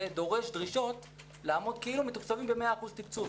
ודורש דרישות לעמוד כאילו מתוקצבים ב-100% תקצוב,